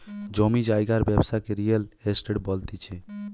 জমি জায়গার ব্যবসাকে রিয়েল এস্টেট বলতিছে